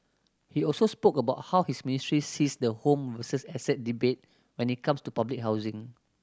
he also spoke about how his ministry sees the home versus asset debate when it comes to public housing